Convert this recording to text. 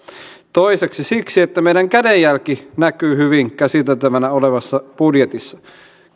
toiseksi siksi että meidän kädenjälkemme näkyy hyvin käsiteltävänä olevassa budjetissa ja